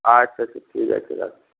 আচ্ছা আচ্ছা ঠিক আছে রাখছি